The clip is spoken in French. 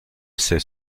sait